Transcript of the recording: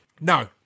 No